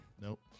Nope